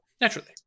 Naturally